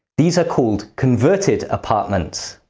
these are called converted apartments.